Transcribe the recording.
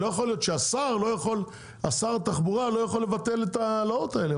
לא יכול להיות ששר התחבורה לא יכול לבטל את ההעלאות האלה.